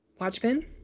Watchmen